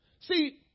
See